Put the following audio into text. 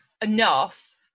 enough